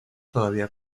todavía